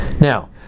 Now